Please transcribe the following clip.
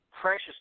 precious